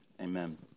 Amen